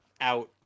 out